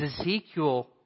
Ezekiel